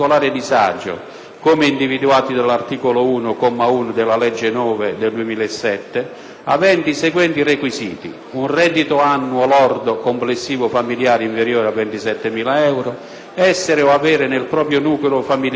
come individuati dall'articolo 1, comma 1, della legge n. 9 del 2007, aventi i seguenti requisiti: un reddito annuo lordo complessivo familiare inferiore a 27.000 euro; essere o avere nel proprio nucleo familiare persone